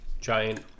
giant